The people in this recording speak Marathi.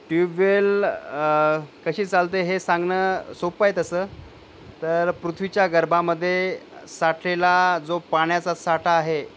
ट्यूबवेल कशी चालते हे सांगणं सोपं आहे तसं तर पृथ्वीच्या गर्भामध्ये साठलेला जो पाण्याचा साठा आहे